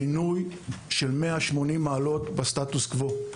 שינוי של 180 מעלות בסטטוס קוו.